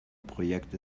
projekt